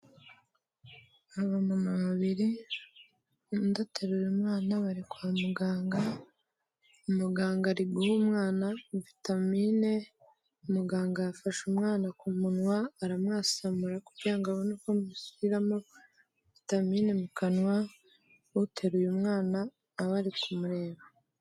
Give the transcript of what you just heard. Abamama babiri, undi ateruye umwana bari kwa muganga, umuganga ari guha umwana vitamine, muganga afashe umwana ku munwa aramwasamura kugira ngo abone uko amushyiriramo vitamine mu kanwa, uteruye mwana nawe ari kumureba.